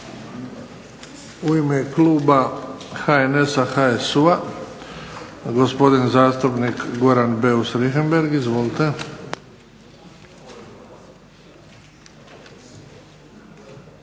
U ime kluba HNS-a, HSU-a gospodin zastupnik Goran Beus Richembergh. Izvolite.